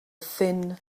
thin